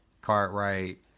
Cartwright